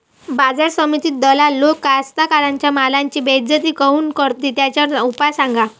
बाजार समितीत दलाल लोक कास्ताकाराच्या मालाची बेइज्जती काऊन करते? त्याच्यावर उपाव सांगा